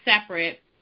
separate